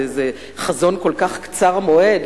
זה חזון כל כך קצר מועד,